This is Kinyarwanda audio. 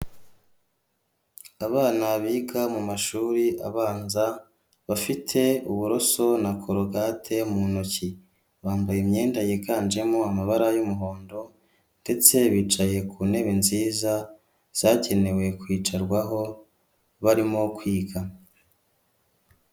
Abana biga mu mashuri abanza bafite uburoso na kologate mu ntoki, bambaye imyenda yiganjemo amabara y'umuhondo ndetse bicaye ku ntebe nziza zakene kwicarwaho barimo kwiga.